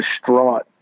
distraught